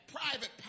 private